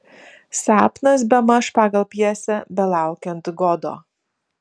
sapnas bemaž pagal pjesę belaukiant godo